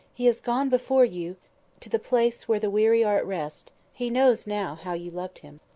he has gone before you to the place where the weary are at rest. he knows now how you loved him.